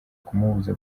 kumubuza